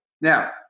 Now